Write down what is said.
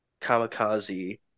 kamikaze